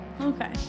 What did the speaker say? Okay